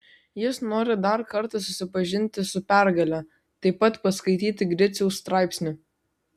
jis nori dar kartą susipažinti su pergale taip pat paskaityti griciaus straipsnį